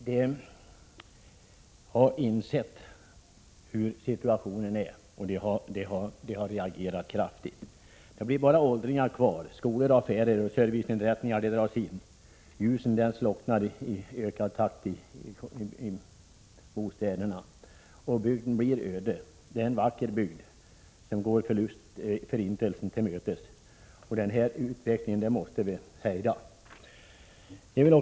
De har insett situationens allvar och reagerat kraftigt. Det blir bara åldringar kvar. Skolor, affärer och serviceinrättningar dras in. Ljuset i bostäderna slocknar i ökad takt och bygden blir öde. Det är en vacker bygd som därmed går förintelsen till mötes. Den utvecklingen vill centern hejda.